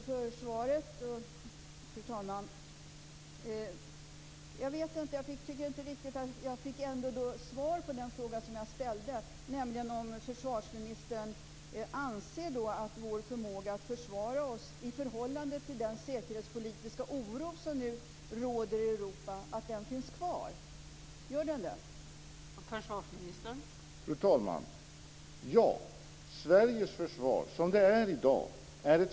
Fru talman! Tack för svaret. Jag tycker ändå inte att jag riktigt fick svar på den fråga som jag ställde, nämligen om försvarsministern anser att vår förmåga att försvara oss i förhållande till den säkerhetspolitiska oro som nu råder i Europa finns kvar. Gör den det?